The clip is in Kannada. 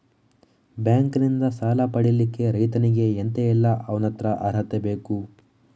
ಬ್ಯಾಂಕ್ ನಿಂದ ಸಾಲ ಪಡಿಲಿಕ್ಕೆ ರೈತನಿಗೆ ಎಂತ ಎಲ್ಲಾ ಅವನತ್ರ ಅರ್ಹತೆ ಬೇಕು?